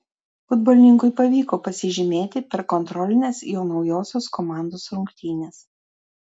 futbolininkui pavyko pasižymėti per kontrolines jo naujosios komandos rungtynes